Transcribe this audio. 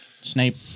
Snape